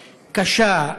קשה,